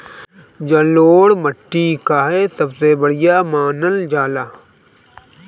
जलोड़ माटी काहे सबसे बढ़िया मानल जाला?